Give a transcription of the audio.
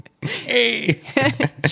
Hey